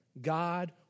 God